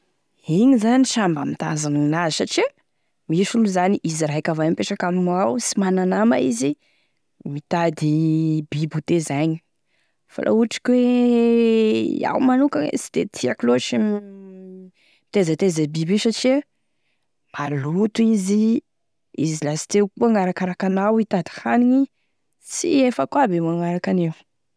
Igny zany samby ame tanzonin'azy, satria misy olo zany izy raiky avao e mipetraky amignao, sy mana-nama izy, mitady biby ho tezaigny fa la ohatry ka hoe iaho manokagny sy de tiako loatry e mitezateza biby io satria maloto izy, izy lasteo koa manarakaraky anao itady hanigny, sy efako aby io magnaraky an'io.